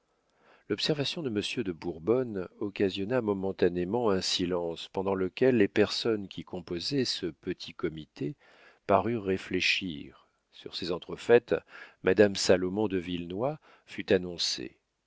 l'observation de monsieur de bourbonne occasionna momentanément un silence pendant lequel les personnes qui composaient ce petit comité parurent réfléchir sur ces entrefaites mademoiselle salomon de villenoix fut annoncée